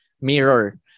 mirror